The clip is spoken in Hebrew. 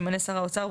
שימנה שר האוצר,